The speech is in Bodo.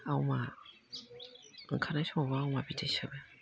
आवमा ओंखारनाय समावबो आवमा बिदै सोबो